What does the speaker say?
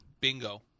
Bingo